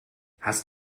hast